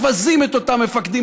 מבזים את אותם מפקדים,